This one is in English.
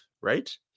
right